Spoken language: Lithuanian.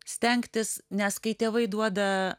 stengtis nes kai tėvai duoda